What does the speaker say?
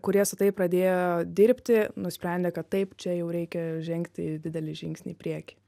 kurie su tai pradėjo dirbti nusprendė kad taip čia jau reikia žengti didelį žingsnį į priekį